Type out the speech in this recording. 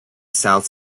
south